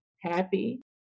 happy